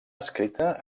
escrita